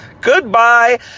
Goodbye